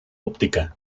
óptica